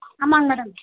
ஆமாங்க மேடம்